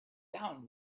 down